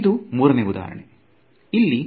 ಇದು ಮೂರನೇ ಉದಾರಣೆ